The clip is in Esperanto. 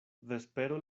vespero